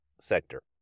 sector